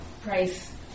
price